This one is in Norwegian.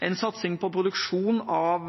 En satsing på produksjon av